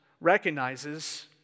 recognizes